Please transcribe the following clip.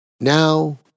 Now